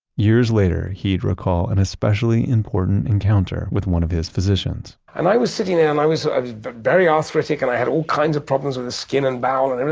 years later he'd recall an especially important encounter with one of his physicians and i was sitting there and i was very arthritic and i had all kinds of problems with the skin and bowel and